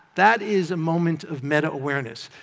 that is a moment of meta-awareness.